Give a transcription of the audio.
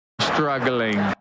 Struggling